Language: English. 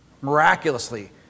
Miraculously